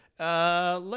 Let